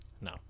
No